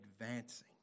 advancing